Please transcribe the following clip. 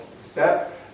step